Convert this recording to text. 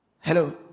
Hello